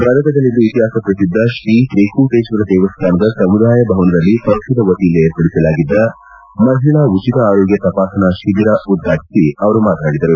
ಗದಗದಲ್ಲಿಂದು ಇತಿಹಾಸ ಪ್ರಸಿದ್ದ ಶ್ರೀ ತ್ರಿಕೂಟೇಶ್ವರ ದೇಮ್ವಾನದ ಸಮುದಾಯ ಭವನದಲ್ಲಿ ಪಕ್ಷದ ವತಿಯಿಂದ ಏರ್ಪಡಿಸಲಾಗಿದ್ದ ಮಹಿಳಾ ಉಚಿತ ಆರೋಗ್ಯ ತಪಾಸಣಾ ಶಿಬಿರ ಉದ್ಘಾಟಿಸಿ ಅವರು ಮಾತನಾಡಿದರು